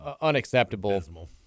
unacceptable